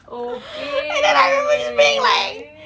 okay